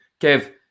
Kev